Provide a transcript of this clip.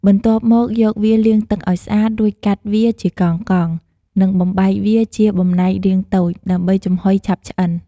បន្ទាប់មកយកវាលាងទឹកឲ្យស្អាត រួចកាត់វាជាកង់ៗ និងបំបែកវាជាបំណែករាងតូច ដើម្បីចំហុយឆាប់ឆ្អិន។